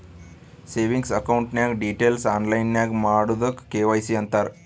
savings account ನಾಗ್ details online ನಾಗ್ ಮಾಡದುಕ್ ಕೆ.ವೈ.ಸಿ ಅಂತಾರ್